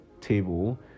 table